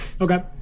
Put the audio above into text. Okay